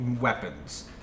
weapons